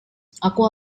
aku